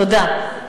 תודה.